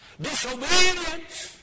Disobedience